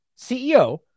ceo